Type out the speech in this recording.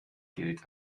geld